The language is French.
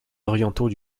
orientaux